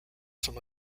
some